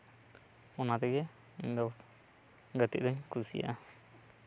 ᱚᱱᱟ ᱛᱮᱜᱮ ᱤᱧ ᱫᱚ ᱜᱟᱛᱮᱜ ᱫᱚᱧ ᱠᱩᱥᱤᱭᱟᱜᱼᱟ